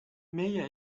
meie